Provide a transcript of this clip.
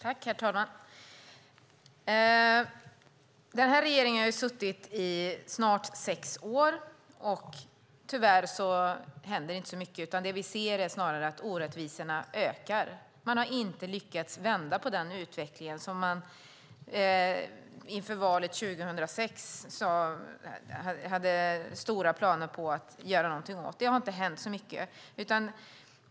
Herr talman! Den här regeringen har snart suttit i sex år, och tyvärr händer inte så mycket. Vi ser snarare att orättvisorna ökar. Man har inte lyckats vända den utveckling som man inför valet 2006 hade stora planer på att göra någonting åt. Det har inte hänt så mycket.